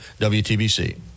WTBC